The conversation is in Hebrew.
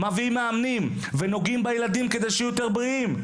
מביאים מאמנים ונוגעים בילדים כדי שיהיו יותר בריאים.